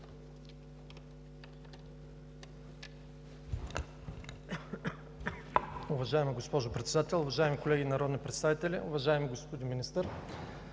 Уважаема госпожо Председател, уважаеми колеги народни представители! Уважаеми господин Министър,